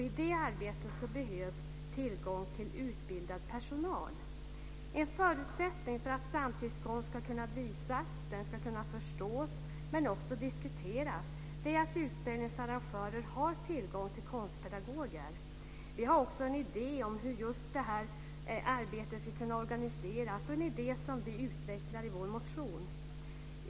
I det arbetet behövs tillgång till utbildad personal. En förutsättning för att samtidskonst ska kunna visas, förstås och diskuteras är att utställningsarrangörer har tillgång till konstpedagoger. Vi har också en idé om hur just det här arbetet ska kunna organiseras. Den idén utvecklar vi i vår motion.